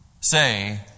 say